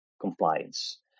compliance